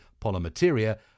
Polymateria